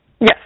Yes